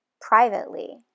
privately